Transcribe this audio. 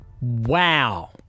wow